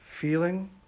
feeling